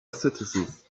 citizens